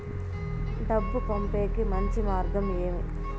డబ్బు పంపేకి మంచి మార్గం ఏమి